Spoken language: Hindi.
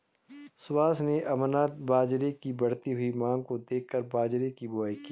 सुभाष ने अमरनाथ बाजरे की बढ़ती हुई मांग को देखकर बाजरे की बुवाई की